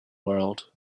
world